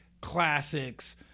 classics